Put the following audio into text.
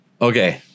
Okay